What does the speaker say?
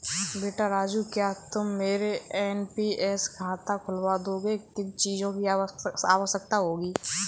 बेटा राजू क्या तुम मेरा एन.पी.एस खाता खुलवा दोगे, किन चीजों की आवश्यकता होगी?